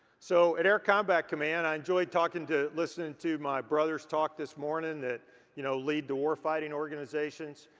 so at air combat command i enjoyed talking to, listening to my brothers talk this morning that you know, lead the war fighting organizations.